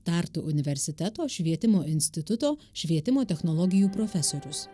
tartu universiteto švietimo instituto švietimo technologijų profesorius